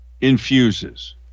infuses